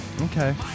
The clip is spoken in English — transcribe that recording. Okay